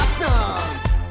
awesome